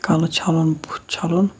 کَلہٕ چھَلُن بُتھ چھَلُن